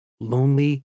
Lonely